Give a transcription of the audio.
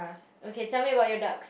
okay tell me about your duck